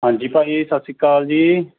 ਹਾਂਜੀ ਭਾਅ ਜੀ ਸਤਿ ਸ਼੍ਰੀ ਅਕਾਲ ਜੀ